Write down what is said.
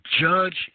judge